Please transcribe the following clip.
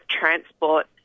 transport